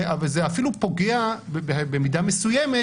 אבל האפליה המתקנת כלפי המיעוטים פוגעת במידה מסוימת